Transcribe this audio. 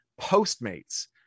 postmates